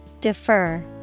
Defer